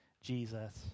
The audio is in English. Jesus